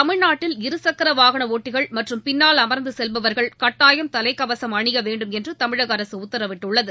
தமிழ்நாட்டில் இருசக்கர வாகன ஒட்டிகள் மற்றும் பின்னால் அமர்ந்து செல்பவர்கள் கட்டாயம் தலைகவசம் அணிய வேண்டும் என்று தமிழக அரசு உத்தரவிட்டுள்ளது